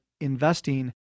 investing